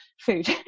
food